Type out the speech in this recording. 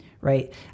right